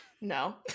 No